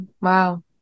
Wow